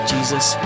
Jesus